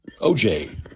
OJ